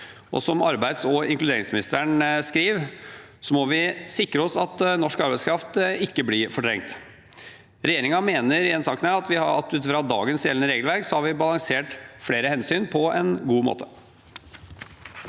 Som arbeids- og inkluderingsministeren skriver, må vi sikre oss at norsk arbeidskraft ikke blir fortrengt. Regjeringen mener i den saken at ut fra dagens gjeldende regelverk har vi balansert flere hensyn på en god måte.